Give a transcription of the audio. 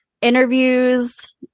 interviews